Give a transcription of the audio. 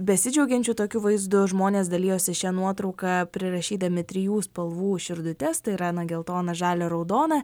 besidžiaugiančių tokiu vaizdu žmonės dalijosi šią nuotrauką prirašydami trijų spalvų širdutes tai yra na geltoną žalią raudoną